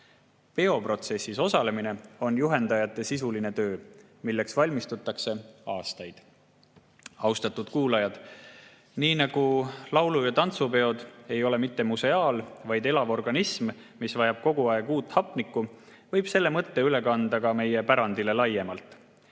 Peoprotsessis osalemine on juhendajate jaoks sisuline töö, milleks valmistutakse aastaid. Austatud kuulajad! Nii nagu laulu‑ ja tantsupidu ei ole mitte museaal, vaid elav organism, mis vajab kogu aeg uut hapnikku, võib selle mõtte üle kanda ka meie pärandile laiemalt.